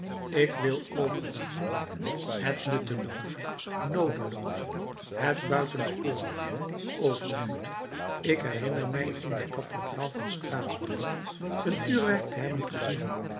ik wil overdaad het nuttelooze noodelooze het buitensporige overvloed ik herinner mij in de kathedraal van straatsburg een uurwerk te hebben gezien